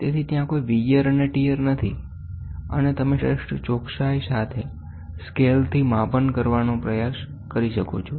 તેથી ત્યાં કોઈ વિયર અને ટિયર નથી અને તમે શ્રેષ્ઠ ચોકસાઈ સાથે સ્કેલથી માપન કરવાનો પ્રયાસ કરી શકો છો